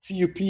CUP